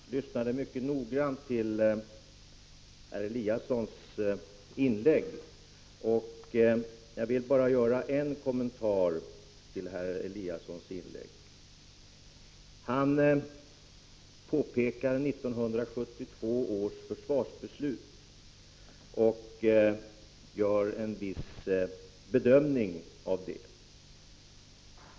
Herr talman! Jag lyssnade mycket noga till herr Eliassons inlägg, och jag vill bara göra en kommentar till detsamma. Han talade om 1972 års försvarsbeslut och gjorde en viss bedömning av det.